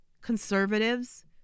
Conservatives